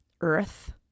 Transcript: earth